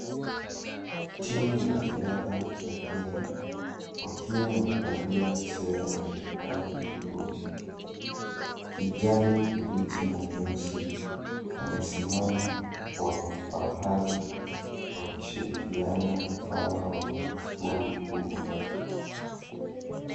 Timu ya riadha ya Kenya wakiwa wamevalia sera ya rangi nyekundu kijani kibichi na nyeusi wamesimama kwa fahari wakishirikiana mfano wa kundi kubwa.